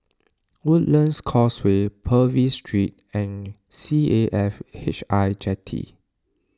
Woodlands Causeway Purvis Street and C A F H I Jetty